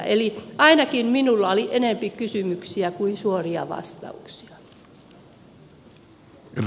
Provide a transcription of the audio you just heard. eli ainakin minulla oli enempi kysymyksiä kuin suoria vastauksia